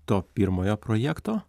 to pirmojo projekto